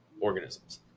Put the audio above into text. organisms